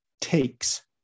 takes